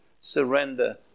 surrender